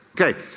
Okay